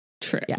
True